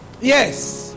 Yes